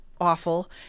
awful